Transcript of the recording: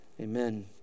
Amen